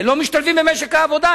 הם לא משתלבים במשק העבודה,